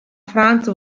franz